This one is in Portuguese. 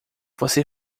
você